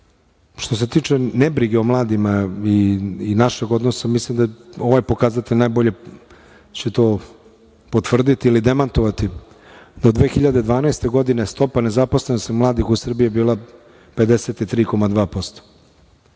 se tiče ne brige o mladima i našeg odnosa, ovo je pokazatelj. Najbolje će to potvrditi ili demantovati. Do 2012. godine stopa nezaposlenosti mladih u Srbiji je bila 53,2%,